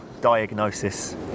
diagnosis